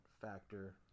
factor